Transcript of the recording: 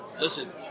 listen